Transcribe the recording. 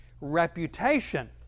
reputation